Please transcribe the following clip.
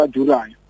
July